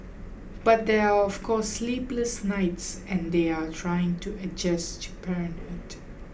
but there are of course sleepless nights and they are trying to adjust to parenthood